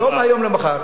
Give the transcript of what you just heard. לא מהיום למחר.